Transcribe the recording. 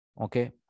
Okay